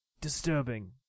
disturbing